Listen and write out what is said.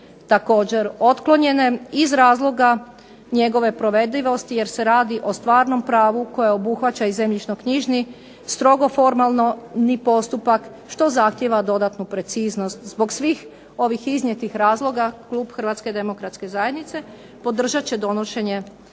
također otklonjene, iz razloga njegove provedljivosti jer se radi o stvarnom pravu koje obuhvaća i zemljišnoknjižni strogo formalno ni postupak što zahtjeva dodatnu preciznost. Zbog svih ovih iznijetih razloga klub Hrvatske demokratske zajednice podržat će donošenje